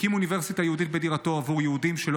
והקים אוניברסיטה יהודית בדירתו עבור יהודים שלא